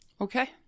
okay